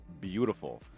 beautiful